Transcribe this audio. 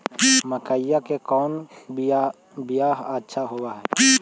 मकईया के कौन बियाह अच्छा होव है?